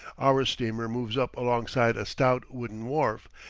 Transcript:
our steamer moves up alongside a stout wooden wharf,